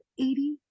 eighty